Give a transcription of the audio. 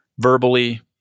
verbally